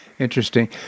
Interesting